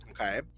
Okay